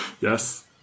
Yes